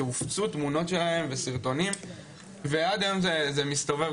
שהופצו תמונות שלהם וסרטונים ועד היום זה מסתובב,